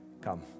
come